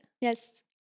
yes